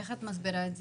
איך את מסבירה את זה?